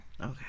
okay